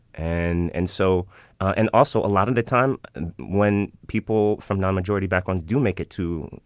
and and so and also a lot of the time when people from non-majority back on do make it to,